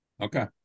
Okay